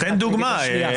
תן דוגמה.